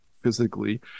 physically